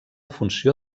funció